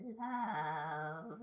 Love